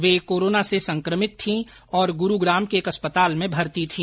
वे corona से संकमित थीं और गुरूग्राम के एक अस्पताल में भर्ती थी